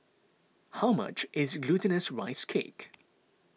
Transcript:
how much is Glutinous Rice Cake